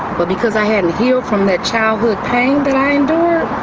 but because i hadn't healed from that childhood pain that i endure,